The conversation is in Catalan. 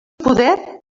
poder